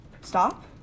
stop